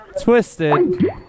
Twisted